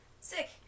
Sick